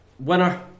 Winner